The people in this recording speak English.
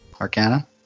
Arcana